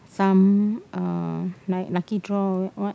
some uh like lucky draw or what